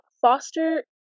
foster